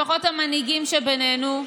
לפחות המנהיגים שבינינו,